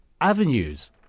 avenues